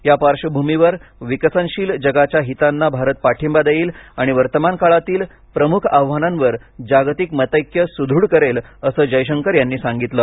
या पार्श्वभूमीवर विकसनशील जगाच्या हितांना भारत पाठिंबा देईल आणि वर्तमान काळातील प्रमुख आव्हानांवर जागतिक मतैक्य सुवृढ करेल असं जयशंकर यांनी सांगितलं